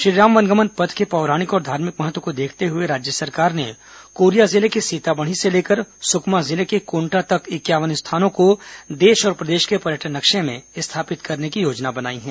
श्रीराम वनगमन पथ के पौराणिक और धार्मिक महत्व को देखते हुए राज्य सरकार ने कोरिया जिले के सीतामढ़ी से लेकर सुकमा जिले के कोंटा तक इक्यावन स्थानों को देश और प्रदेश के पर्यटन नक्शे में स्थापित करने की योजना बनाई है